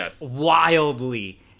wildly